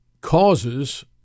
causes